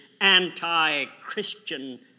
anti-Christian